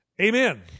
Amen